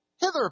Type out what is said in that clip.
Hither